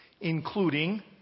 including